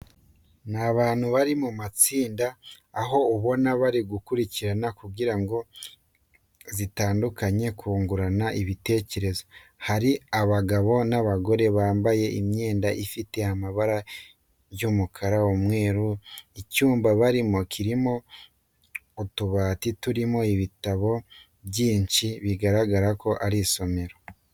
Ni abantu bari mu matsinda aho ubona ko bari kuganira ku ngingo zitandukanye bungurana ibitekerezo. Harimo abagabo n'abagore bambaye imyenda ifite amabara y'umukara, umweru. Icyumba barimo kirimo utubati turimo ibitabo byinshi bigaragara ko ari isomero.